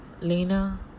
Lena